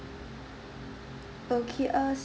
okay uh